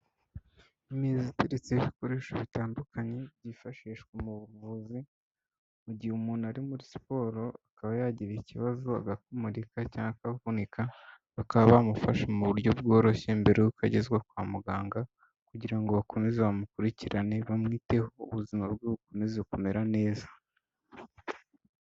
Imeza iteretseho ibikoresho bitandukanye byifashishwa mu buvuzi, mu gihe umuntu ari muri siporo akaba yagira ikibazo agakomereka cyangwa akavunika, bakaba bamufashe mu buryo bworoshye mbere y'uko agezwa kwa muganga kugira ngo bakomeze bamukurikirane bamwiteho ubuzima bwe bukomeze kumera neza.